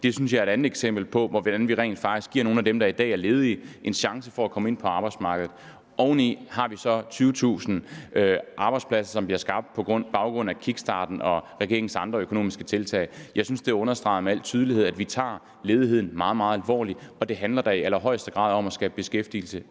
akutjob, er et andet eksempel på, hvordan vi rent faktisk giver nogle af dem, der i dag er ledige, en chance for at komme ind på arbejdsmarkedet. Oveni har vi så 20.000 arbejdspladser, som bliver skabt på baggrund af kickstarten og regeringens andre økonomiske tiltag. Jeg synes, at det med al tydelighed understreger, at vi tager ledigheden meget, meget alvorligt, og det handler da i allerhøjeste grad om at skabe beskæftigelse